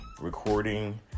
recording